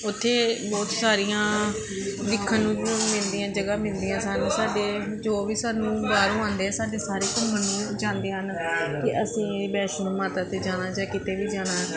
ਉੱਥੇ ਬਹੁਤ ਸਾਰੀਆਂ ਵੇਖਣ ਨੂੰ ਮਿਲਦੀਆਂ ਜਗ੍ਹਾ ਮਿਲਦੀਆਂ ਸਾਨੂੰ ਸਾਡੇ ਜੋ ਵੀ ਸਾਨੂੰ ਬਾਹਰੋਂ ਆਉਂਦੇ ਆ ਸਾਡੇ ਸਾਰੇ ਘੁੰਮਣ ਨੂੰ ਜਾਂਦੇ ਹਨ ਕਿ ਅਸੀਂ ਵੈਸ਼ਨੋ ਮਾਤਾ ਦੇ ਜਾਣਾ ਜਾਂ ਕਿਤੇ ਵੀ ਜਾਣਾ